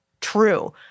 true